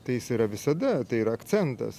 tai jis yra visada tai yra akcentas